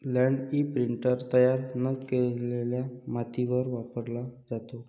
land imprinter तयार न केलेल्या मातीवर वापरला जातो